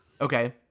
Okay